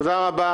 תודה רבה.